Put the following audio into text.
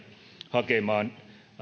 hakemaan